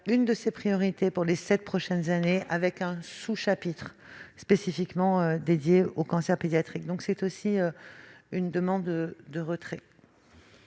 l'une de ses priorités pour les sept prochaines années, avec un sous-chapitre spécifiquement dédié aux cancers pédiatriques. Le Gouvernement demande donc le retrait